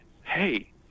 hey